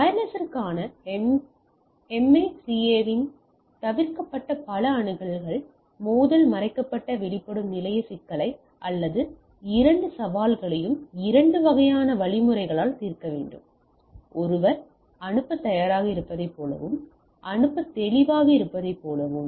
வயர்லெஸிற்கான MACA இல் தவிர்க்கப்பட்ட பல அணுகல் மோதல் மறைக்கப்பட்ட வெளிப்படும் நிலைய சிக்கலை அல்லது இந்த இரண்டு சவால்களையும் இரண்டு வகையான வழிமுறைகளால் தீர்க்க வேண்டும் ஒருவர் அனுப்பத் தயாராக இருப்பதைப் போலவும் அனுப்ப தெளிவாக இருப்பதைப் போலவும்